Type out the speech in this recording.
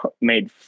made